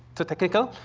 too technical,